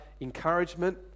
encouragement